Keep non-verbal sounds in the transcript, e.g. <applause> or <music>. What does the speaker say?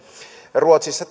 ruotsissa <unintelligible>